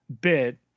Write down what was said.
bit